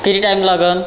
किती टाइम लागंल